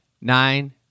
nine